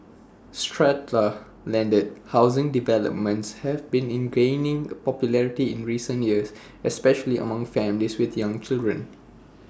strata landed housing developments have been in gaining popularity in recent years especially among families with young children